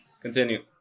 Continue